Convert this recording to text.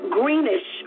greenish